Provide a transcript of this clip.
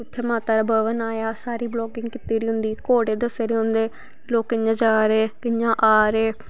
कुत्थै माता दा भवन आया सारी बलॉगिंग कीती दी होंदी घोड़े दस्से दे होंदे लोग कियां जा दे कियां आ दे